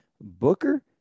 Booker